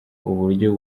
uburyo